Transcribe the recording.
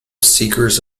seekers